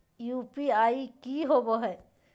UPI की होबो है?